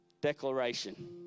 declaration